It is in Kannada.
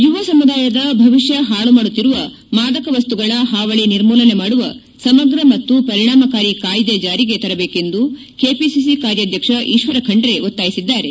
ಯುವ ಸಮುದಾಯದ ಭವಿಷ್ಣ ಪಾಳುಮಾಡುತ್ತಿರುವ ಮಾದಕ ವಸ್ತುಗಳ ಹಾವಳಿ ನಿರ್ಮೂಲನೆ ಮಾಡುವ ಸಮಗ್ರ ಮತ್ತು ಪರಿಣಾಮಕಾರಿ ಕಾಯ್ದೆ ಜಾರಿಗೆ ತರಬೇಕೆಂದು ಕೆಪಿಸಿಸಿ ಕಾರ್ಯಾಧ್ಯಕ್ಷ ಈಶ್ವರ ಖಂಡ್ರ ಒತ್ತಾಯಿಸಿದ್ದಾರೆ